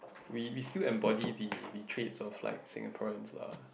we we still embody the the traits of like Singaporeans lah